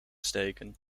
steken